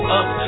up